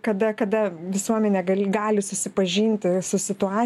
ir kada kada visuomenė gali susipažinti su situa